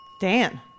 Dan